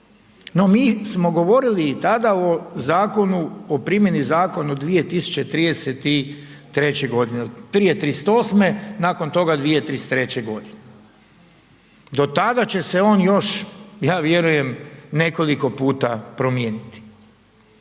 no mi smo govorili i tada o primjeni zakona u 2033. g., prije 2038., nakon toga 2033. g., do tada će se on još ja vjerujem nekoliko puta promijeniti.